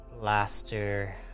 blaster